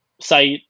site